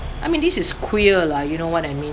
I mean this is queer lah you know what I mean